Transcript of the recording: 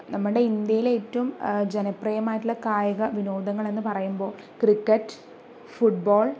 നമ്മുടെ ഇന്ത്യയിലെ ഏറ്റവും ജനപ്രിയമായിട്ടുള്ള കായികവിനോദങ്ങള് എന്ന് പറയുമ്പോൾ ക്രിക്കറ്റ് ഫുട്ബോള്